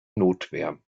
notwehr